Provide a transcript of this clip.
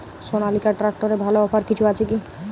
সনালিকা ট্রাক্টরে ভালো অফার কিছু আছে কি?